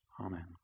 Amen